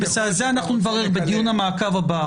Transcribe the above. בסדר, את זה אנחנו נברר בדיון המעקב הבא.